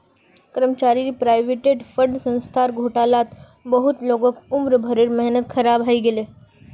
कर्मचारी provident fund संस्थार घोटालात बहुत लोगक उम्र भरेर मेहनत ख़राब हइ गेले